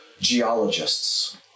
geologists